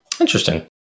Interesting